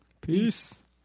Peace